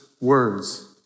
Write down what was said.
words